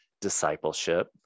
discipleship